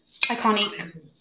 iconic